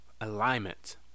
alignment